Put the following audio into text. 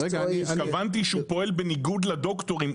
התכוונתי שהוא פועל בניגוד לדוקטורים.